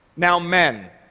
now, men